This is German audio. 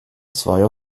zweier